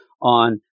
on